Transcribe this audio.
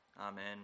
Amen